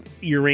uranium